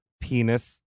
penis